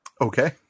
okay